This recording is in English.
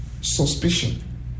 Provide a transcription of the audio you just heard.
suspicion